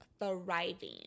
thriving